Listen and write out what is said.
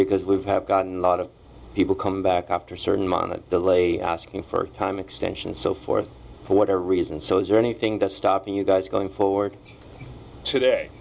because we have gotten a lot of people come back after a certain amount of delay asking for time extension so for whatever reason so is there anything that's stopping you guys going forward today